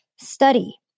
study